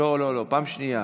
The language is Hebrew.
לא, פעם שנייה.